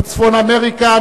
מצפון-אמריקה,